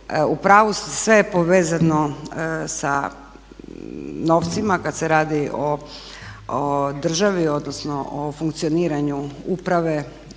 pravu ste. Sve je povezano sa novcima kad se radi o državi, odnosno o funkcioniranju uprave